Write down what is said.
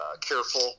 careful